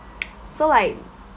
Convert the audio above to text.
so like